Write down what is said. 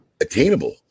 attainable